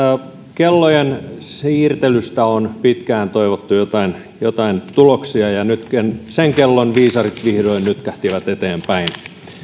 kellojen siirtelystä on pitkään toivottu joitain tuloksia ja nyt sen kellon viisarit vihdoin nytkähtivät eteenpäin